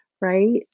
right